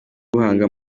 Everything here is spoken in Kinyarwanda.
buhanga